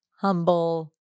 humble